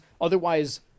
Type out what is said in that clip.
otherwise